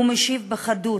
הוא משיב בחדות: